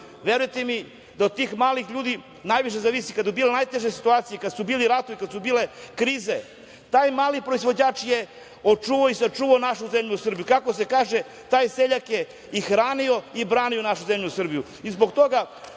Verujte mi da od tih malih ljudi najviše zavisi, kad smo bili u najtežoj situaciji, kad su bili ratovi, kad su bile krize, taj mali proizvođač je očuvao i sačuvao našu zemlju Srbiju, kako se kaže, taj seljak je i hranio i branio našu zemlju Srbiju. Zbog